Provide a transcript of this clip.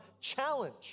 challenge